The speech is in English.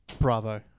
bravo